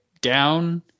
down